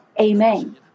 Amen